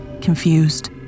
confused